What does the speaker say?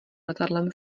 letadlem